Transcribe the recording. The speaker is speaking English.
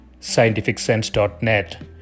scientificsense.net